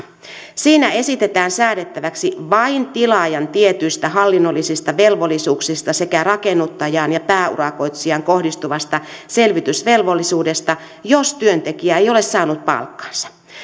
siinä esitetään säädettäväksi vain tilaajan tietyistä hallinnollisista velvollisuuksista sekä rakennuttajaan ja pääurakoitsijaan kohdistuvasta selvitysvelvollisuudesta jos työntekijä ei ole saanut palkkaansa